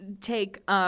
take